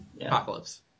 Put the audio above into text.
Apocalypse